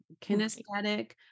Kinesthetic